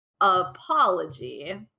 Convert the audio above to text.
apology